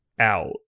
out